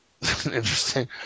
interesting